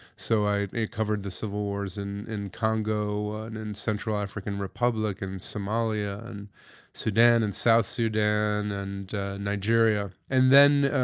so i covered the civil wars in in congo and in central african republic, in somalia and sudan and south sudan and nigeria. and then